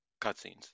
cutscenes